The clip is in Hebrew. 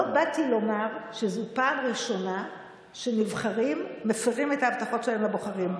לא באתי לומר שזו פעם ראשונה שנבחרים מפירים את ההבטחות שלהם לבוחרים.